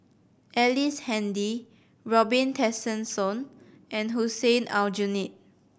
Ellice Handy Robin Tessensohn and Hussein Aljunied